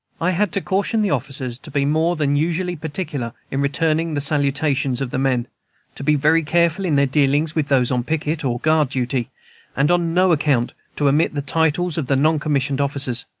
i had to caution the officers to be more than usually particular in returning the salutations of the men to be very careful in their dealings with those on picket or guard-duty and on no account to omit the titles of the non-commissioned officers.